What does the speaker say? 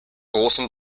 großen